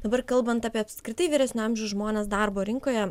dabar kalbant apie apskritai vyresnio amžiaus žmones darbo rinkoje